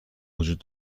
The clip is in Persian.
وجود